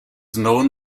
known